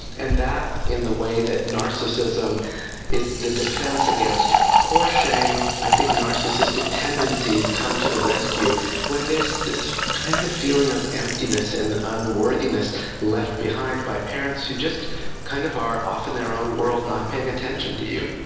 and that in the way that narcissism is the defence against core shame, i think narcissistic tendencies come to the rescue when there's this kind of feeling of emptiness and unworthiness left behind by parents who just kind of are off in their own world, not paying attention to you.